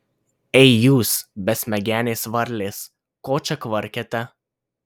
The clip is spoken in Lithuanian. ei jūs besmegenės varlės ko čia kvarkiate